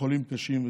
חולים קשים,